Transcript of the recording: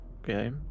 Okay